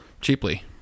cheaply